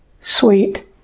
sweet